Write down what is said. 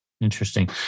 Interesting